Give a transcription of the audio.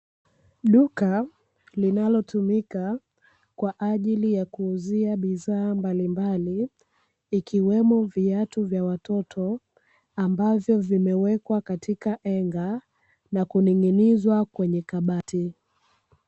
Duka linalotumika kwa ajili ya kuuzia bidhaa mbalimbali ikiwemo, viatu vya watoto ambavyo vimewekwa katika enga na kuning'inizwa kwenye kabati.